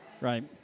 Right